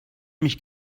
mich